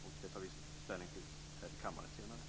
Dessa tar vi ställning till här i kammaren senare.